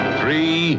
three